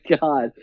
God